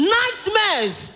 nightmares